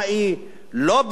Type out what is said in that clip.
לא בלתי תלוי,